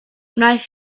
wnaeth